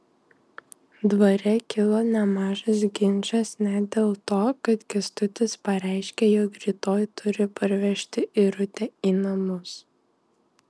dvare kilo nemažas ginčas net dėl to kad kęstutis pareiškė jog rytoj turi parvežti irutę į namus